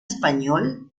español